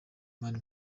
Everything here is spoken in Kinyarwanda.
mani